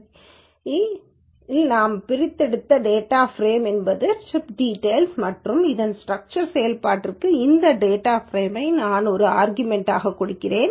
we நாம் பிரித்தெடுத்த data frame என்பது ட்ரிப் டீடைல்ஸ் மற்றும் இந்த ஸ்டிரக்சர் செயல்பாட்டிற்கு அந்த டேட்டா ப்ரேமை நான் ஒரு ஆர்கமெண்ட்மாக கொடுக்கிறேன்